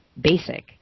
basic